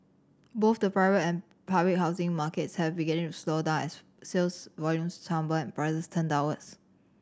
both the private and public housing markets have begun to slow down as sales volumes tumble and prices turn downwards